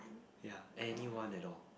ya anyone at all